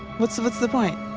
what's what's the point?